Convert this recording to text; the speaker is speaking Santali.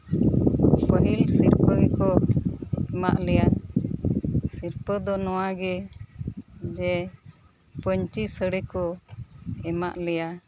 ᱯᱟᱹᱦᱤᱞ ᱥᱤᱨᱯᱟᱹ ᱜᱮᱠᱚ ᱮᱢᱟᱫ ᱞᱮᱭᱟ ᱥᱤᱨᱯᱟᱹ ᱫᱚ ᱱᱚᱣᱟ ᱜᱮ ᱡᱮ ᱯᱟᱹᱧᱪᱤ ᱥᱟᱹᱲᱤ ᱠᱚ ᱮᱢᱟᱫ ᱞᱮᱭᱟ